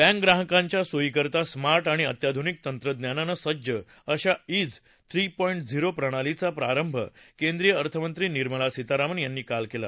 bank ग्राहकांच्या सोयीकरता smart आणि अत्याधुनिक तंत्रज्ञानानं सज्ज अशा ईज श्री पॉडि झीरो प्रणालीचा प्रारंभ केंद्रीय अर्थनंत्री निर्मला सीतारामन यांनी काल केला